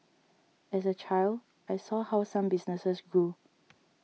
as a child I saw how some businesses grew